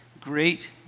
great